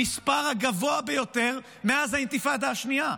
המספר הגבוה ביותר מאז האינתיפאדה השנייה.